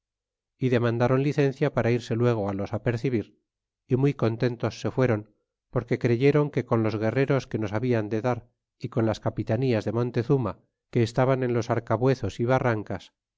é demandaron licencia para irse luego á los apercebir y muy contentos se fueron porque creyeron que con los guerreros que nos liabian de dar é con las capitanías de montezuma que estaban en los arcabuezos y barrancas